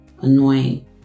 annoying